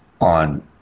on